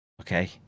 okay